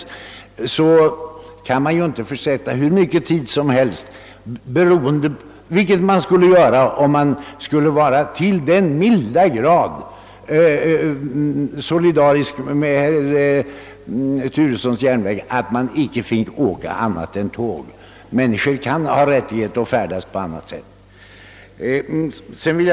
Då vill jag påminna herr Turesson om att man inte kan offra hur mycket tid som helst på sådana resor, vilket man skulle göra om man vore till den milda grad solidarisk med den av herr Turesson så varmt omhuldade järnvägen, att man inte ansåg sig böra använda något annat trafikmedel.